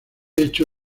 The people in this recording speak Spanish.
hecho